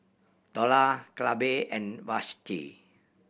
Dorla Clabe and Vashti